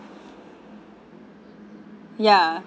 ya